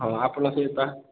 ହଉ ଆପଣ